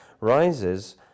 rises